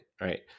right